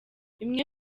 imwe